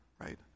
Right